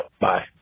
Bye